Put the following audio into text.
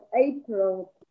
April